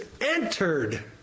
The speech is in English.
entered